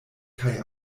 kaj